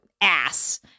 ass